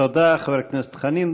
תודה, חבר הכנסת חנין.